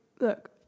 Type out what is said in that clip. look